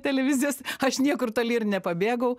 televizijos aš niekur toli ir nepabėgau